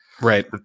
Right